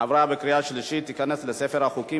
עבר בקריאה שלישית וייכנס לספר החוקים.